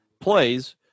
plays